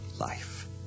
life